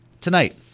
tonight